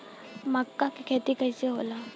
मका के खेती कइसे होला?